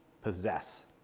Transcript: possess